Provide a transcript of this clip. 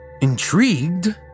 Intrigued